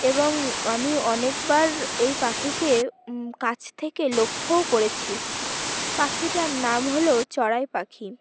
এবং আমি অনেকবার এই পাখিকে কাছ থেকে লক্ষ্যও করেছি পাখিটার নাম হলো চড়াই পাখি